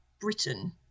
Britain